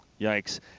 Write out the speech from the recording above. yikes